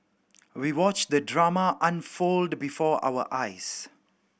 we watched the drama unfold before our eyes